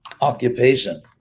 occupation